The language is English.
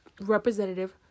representative